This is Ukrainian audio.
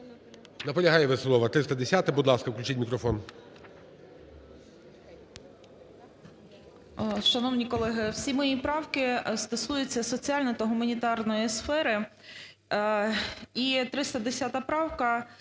Наполягає Веселова. 310-а. Будь ласка, включіть мікрофон.